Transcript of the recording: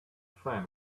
friend